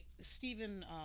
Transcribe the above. Stephen